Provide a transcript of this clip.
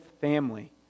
family